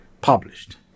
published